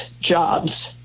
jobs